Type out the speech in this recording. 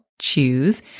Choose